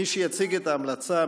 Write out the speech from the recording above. מי שיציג את ההמלצה,